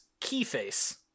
Keyface